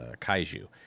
Kaiju